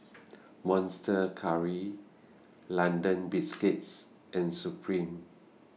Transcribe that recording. Monster Curry London Biscuits and Supreme